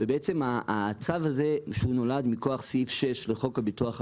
בעצם הצו הזה נולד מכוח סעיף 6 לחוק הביטוח הלאומי,